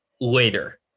later